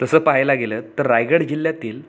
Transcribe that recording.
तसं पाहायला गेलं तर रायगड जिल्ह्यातील